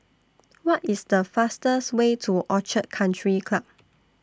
What IS The fastest Way to Orchid Country Club